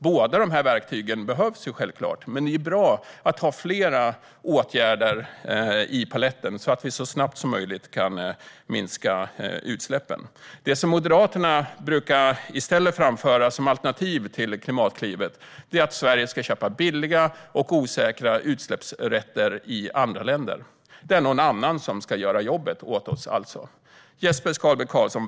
Båda dessa verktyg behövs självklart, men det är bra att ha flera åtgärder i paletten så att vi så snabbt som möjligt kan minska utsläppen. Det Moderaterna brukar föra fram som alternativ till Klimatklivet är att Sverige ska köpa billiga och osäkra utsläppsrätter i andra länder. Det är alltså någon annan som ska göra jobbet åt oss.